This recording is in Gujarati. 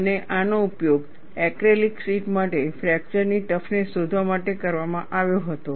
અને આનો ઉપયોગ એક્રેલિક શીટ માટે ફ્રેક્ચરની ટફનેસ શોધવા માટે કરવામાં આવ્યો હતો